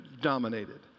dominated